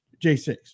J6